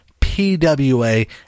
pwa